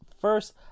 first